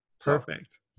Perfect